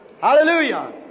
Hallelujah